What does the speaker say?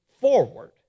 forward